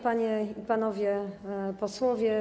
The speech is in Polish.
Panie i Panowie Posłowie!